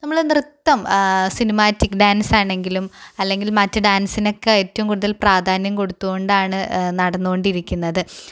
നമ്മള് നൃത്തം സിനിമാറ്റിക് ഡാൻസാണെങ്കിലും അല്ലെങ്കിൽ മറ്റ് ഡാൻസിനൊക്കെ ഏറ്റവും കൂടുതൽ പ്രധാന്യം കൊടുത്തുകൊണ്ടാണ് നടന്നുകൊണ്ടിരിക്കുന്നത്